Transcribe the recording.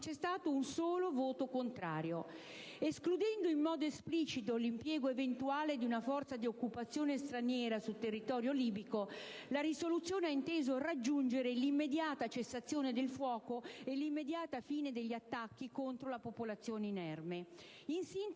c'è stato un solo voto contrario. Escludendo in modo esplicito l'impiego eventuale di una forza di occupazione straniera sul territorio libico, la risoluzione ha inteso raggiungere l'immediata cessazione del fuoco e l'immediata fine degli attacchi contro la popolazione inerme. In sintesi,